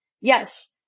Yes